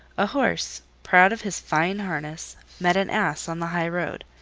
a horse, proud of his fine harness, met an ass on the high-road.